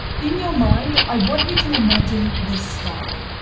in your mind, i want you to imagine the sky.